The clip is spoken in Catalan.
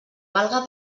valga